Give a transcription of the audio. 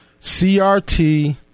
CRT